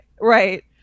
right